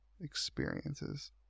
experiences